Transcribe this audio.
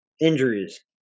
injuries